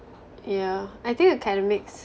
yeah I think academics